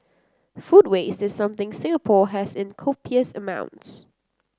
food waste is something Singapore has in copious amounts